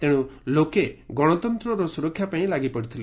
ତେଣୁ ଲୋକେ ଗଣତନ୍ତ୍ରର ସୁରକ୍ଷା ପାଇଁ ଲାଗିପଡ଼ିଥିଲେ